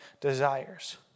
desires